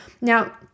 Now